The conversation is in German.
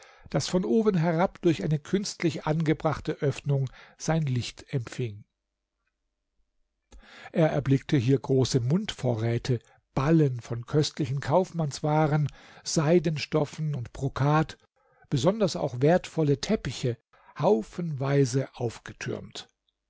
das von oben herab durch eine künstlich angebrachte öffnung sein licht empfing er erblickte hier große mundvorräte ballen von köstlichen kaufmannswaren seidenstoffen und brokat besonders auch wertvolle teppiche haufenweise aufgetürmt